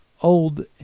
old